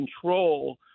control